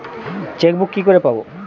Chequebook কি করে পাবো?